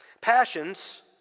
passions